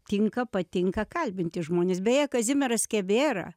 tinka patinka kalbinti žmones beje kazimieras skebėra